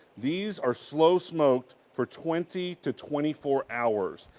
these are slow smoked for twenty to twenty four hours.